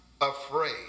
afraid